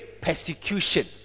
persecution